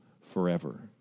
forever